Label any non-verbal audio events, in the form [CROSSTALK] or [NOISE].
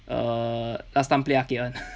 err last time play arcade [one] [LAUGHS]